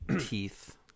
teeth